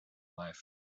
life